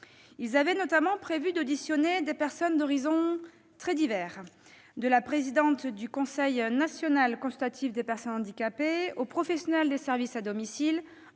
Il avait notamment prévu d'auditionner des personnes d'horizons très divers : de la présidente du Conseil national consultatif des personnes handicapées aux professionnels des services à domicile,